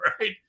right